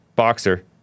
boxer